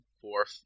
fourth